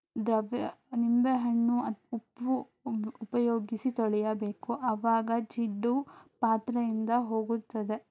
ದ್ರವ್ಯ ನಿಂಬೆಹಣ್ಣು ಅತ್ ಉಪ್ಪು ಉಬ್ ಉಪಯೋಗಿಸಿ ತೊಳೆಯಬೇಕು ಅವಾಗ ಜಿಡ್ಡು ಪಾತ್ರೆಯಿಂದ ಹೋಗುತ್ತದೆ